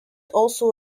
also